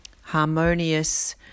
harmonious